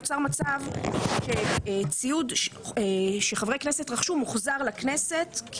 נוצר מצב שהציוד שחברי הכנסת רכשו הוחזר לכנסת כי